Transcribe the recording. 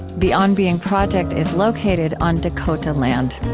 the on being project is located on dakota land.